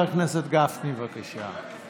חבר הכנסת גפני, בבקשה.